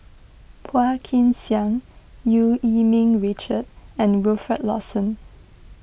Phua Kin Siang Eu Yee Ming Richard and Wilfed Lawson